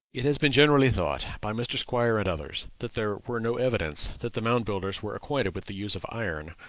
it has been generally thought, by mr. squier and others, that there were no evidences that the mound builders were acquainted with the use of iron,